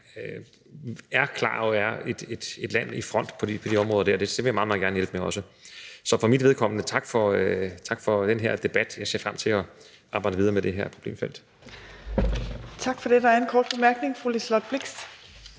er klar og er et land i front på de områder der. Det vil jeg meget, meget gerne også hjælpe med. Så for mit vedkommende vil jeg sige tak for den her debat. Jeg ser frem til at arbejde videre med det her problemfelt. Kl. 13:11 Fjerde næstformand (Trine Torp):